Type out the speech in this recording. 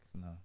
no